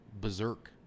berserk